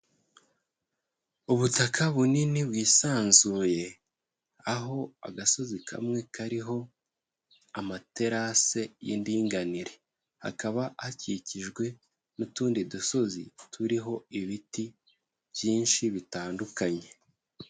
Ubutaka bunini bwisanzuye, aho agasozi kamwe kariho amaterase y'indinganire, hakaba hakikijwe n'utundi dusozi turiho ibiti byinshi bitandukanye.